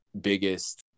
biggest